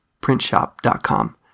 PrintShop.com